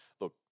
look